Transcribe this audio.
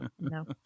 No